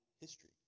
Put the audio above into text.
history